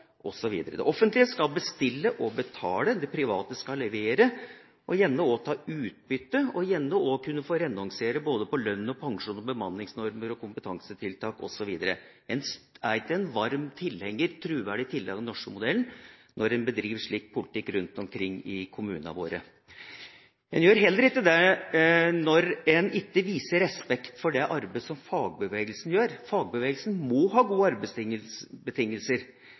osv. Det offentlige skal bestille og betale, det private skal levere, og gjerne også ta utbytte og kunne få renonsere på både lønn, pensjon, bemanningsnormer, kompetansetiltak osv. En er ikke en varm og troverdig tilhenger av den norske modellen når en bedriver slik politikk rundt omkring i kommunene våre. En gjør heller ikke det når en ikke viser respekt for det arbeidet som fagbevegelsen gjør. Fagbevegelsen må ha gode